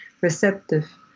receptive